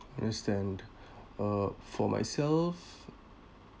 understand uh for myself